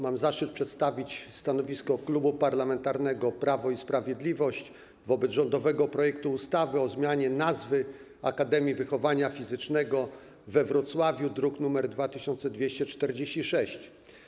Mam zaszczyt przedstawić stanowisko Klubu Parlamentarnego Prawo i Sprawiedliwość wobec rządowego projektu ustawy o zmianie nazwy Akademii Wychowania Fizycznego we Wrocławiu, druk nr 2246.